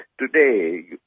Today